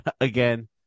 again